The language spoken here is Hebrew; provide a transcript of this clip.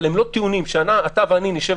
אבל אם אתה ואני נשב